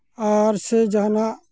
ᱟᱨ ᱥᱮ ᱡᱟᱦᱟᱸᱱᱟᱜ